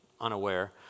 unaware